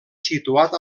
situat